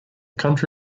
county